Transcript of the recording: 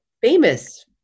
famous